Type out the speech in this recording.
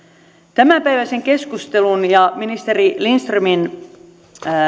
tämänpäiväisen keskustelun ja ministeri lindströmin